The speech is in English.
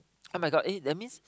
[oh]-my-god eh that means